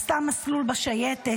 עשה מסלול בשייטת,